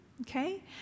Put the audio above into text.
okay